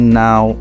now